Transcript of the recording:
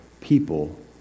people